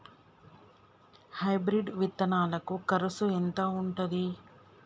Hybrid విత్తనాలకి కరుసు ఎంత ఉంటది?